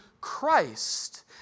Christ